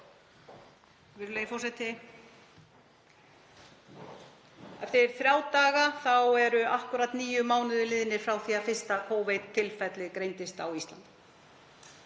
Eftir þrjá daga eru akkúrat níu mánuðir liðnir frá því að fyrsta Covid-tilfellið greindist á Íslandi,